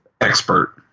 expert